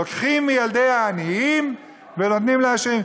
לוקחים מילדי העניים ונותנים לעשירים,